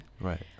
Right